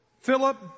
Philip